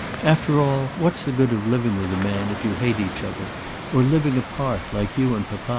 after all what's the good of living with a man if you hate each other or living apart like you and